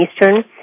Eastern